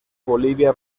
bolivia